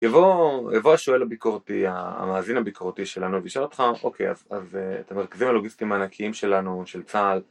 יבוא השואל הביקורתי, המאזין הביקורתי שלנו, וישאל אותך, אוקיי, אז את המרכזים הלוגיסטיים הענקיים שלנו, של צה"ל